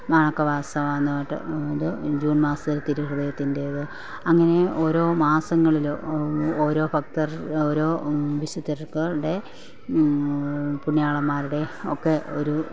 വണക്ക മാസം ഒന്ന് തൊട്ട് ഇത് ജൂണ് മാസത്തിൽ തിരുഹൃദയത്തിന്റെത് അങ്ങനെ ഓരോ മാസങ്ങളില് ഓരോ ഭക്തര് ഓരോ വിശുദ്ധരുടെ പുണ്യാളന്മാരുടെ ഒക്കെ ഒരു